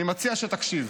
אני מציע שתקשיב.